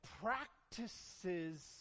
practices